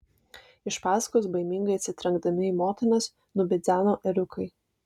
iš paskos baimingai atsitrenkdami į motinas nubidzeno ėriukai